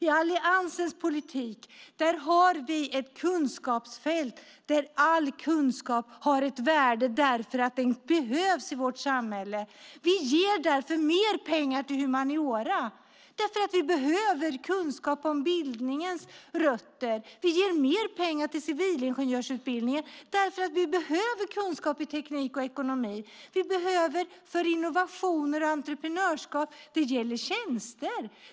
I Alliansens politik har vi ett kunskapsfält där all kunskap har ett värde därför att den behövs i vårt samhälle. Vi ger därför mer pengar till humaniora eftersom vi behöver kunskap om bildningens rötter. Vi ger mer pengar till civilingenjörsutbildningen därför att vi behöver kunskap i teknik och ekonomi. Vi behöver det för innovationer och entreprenörskap. Det gäller tjänster.